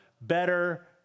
better